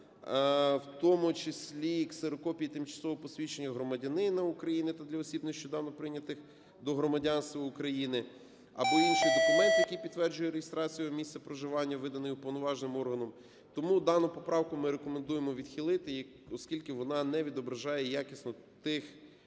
в тому числі ксерокопії тимчасового посвідчення громадянина України та для осіб, нещодавно прийнятих до громадянства України, або інший документ, який підтверджує реєстрацію місця проживання, виданий уповноваженим органом. Тому дану поправку ми рекомендуємо відхилити, оскільки вона не відображає якісно тих вимог